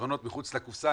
פתרונות מחוץ לקופסה.